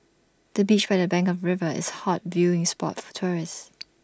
the bench by the bank of the river is A hot viewing spot for tourists